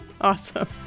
Awesome